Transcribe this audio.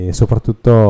soprattutto